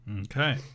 okay